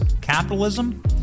capitalism